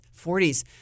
40s